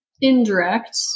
indirect